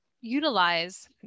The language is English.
utilize